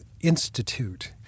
institute